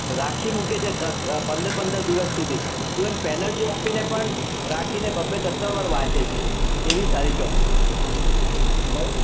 રાખી મૂકે છે પંદર પંદર દિવસ સુધી ઇવન પેનલ્ટી આપીને પણ રાખીને બે બે ત્રણ ત્રણણ વાર વાંચે છે એવી સારી ચોપડી છે તો